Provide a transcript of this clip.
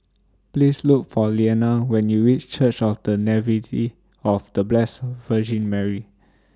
Please Look For Lilliana when YOU REACH Church of The of The Blessed Virgin Mary